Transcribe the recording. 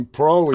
pro